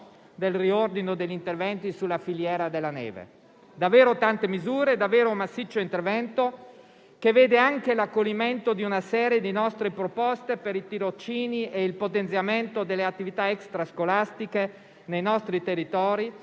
del riordino degli interventi sulla filiera della neve. Si tratta davvero di tante misure e di un massiccio intervento, che vede anche l'accoglimento di una serie di nostre proposte per i tirocini e il potenziamento delle attività extrascolastiche nei nostri territori,